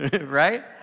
right